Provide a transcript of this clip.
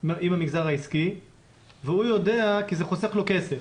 עם המגזר העסקי והוא יודע, כי זה חוסך לו כסף.